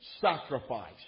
sacrifice